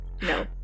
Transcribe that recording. no